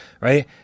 right